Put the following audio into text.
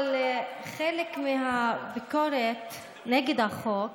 אבל חלק מהביקורת נגד החוק